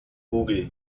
google